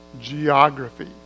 geography